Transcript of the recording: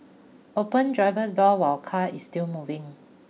open driver's door while car is still moving